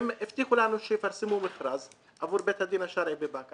הם הבטיחו לנו שיפרסמו מכרז עבור בית הדין השרעי בבאקה.